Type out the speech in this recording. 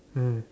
mm